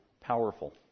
powerful